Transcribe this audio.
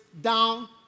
down